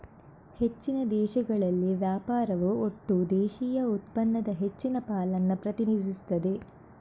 ಹೆಚ್ಚಿನ ದೇಶಗಳಲ್ಲಿ ವ್ಯಾಪಾರವು ಒಟ್ಟು ದೇಶೀಯ ಉತ್ಪನ್ನದ ಹೆಚ್ಚಿನ ಪಾಲನ್ನ ಪ್ರತಿನಿಧಿಸ್ತದೆ